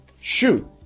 Shoot